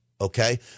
okay